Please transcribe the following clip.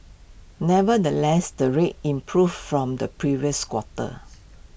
nevertheless the rates improved from the previous quarter